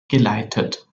geleitet